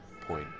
point